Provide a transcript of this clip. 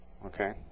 Okay